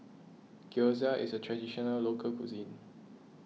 Gyoza is a Traditional Local Cuisine